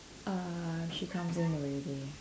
err she comes in already